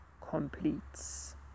completes